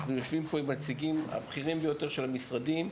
אנחנו יושבים פה עם הנציגים הבכירים ביותר של המשרדים,